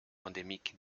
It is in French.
endémique